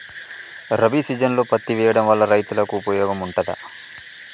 రబీ సీజన్లో పత్తి వేయడం వల్ల రైతులకు ఉపయోగం ఉంటదా?